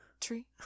Tree